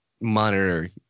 monitor